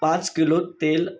पाच किलो तेल